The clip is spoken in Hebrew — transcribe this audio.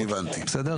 בסדר?